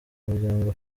muryango